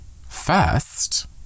first